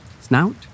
Snout